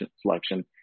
selection